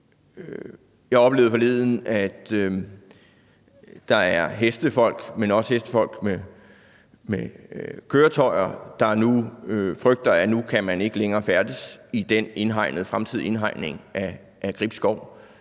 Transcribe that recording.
jeg oplevede forleden, at der er hestefolk, også hestefolk med køretøjer, der frygter, at man nu ikke længere kan færdes i den fremtidige indhegning af Gribskov,